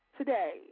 Today